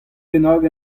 bennak